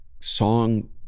song